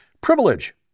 privilege